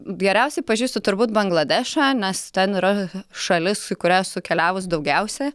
geriausiai pažįstu turbūt bangladešą nes ten yra šalis į kurią esu keliavus daugiausia